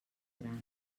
gran